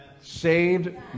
Saved